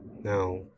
Now